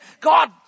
God